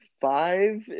five